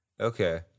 Okay